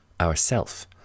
Ourself